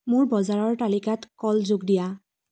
মোৰ বজাৰৰ তালিকাত কল যোগ দিয়া